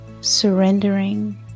Surrendering